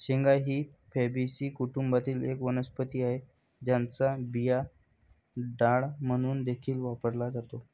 शेंगा ही फॅबीसी कुटुंबातील एक वनस्पती आहे, ज्याचा बिया डाळ म्हणून देखील वापरला जातो